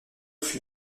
fut